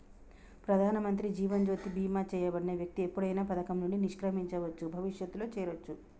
ప్రధానమంత్రి జీవన్ జ్యోతి బీమా చేయబడిన వ్యక్తి ఎప్పుడైనా పథకం నుండి నిష్క్రమించవచ్చు, భవిష్యత్తులో చేరొచ్చు